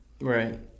Right